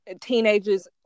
teenagers